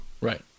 Right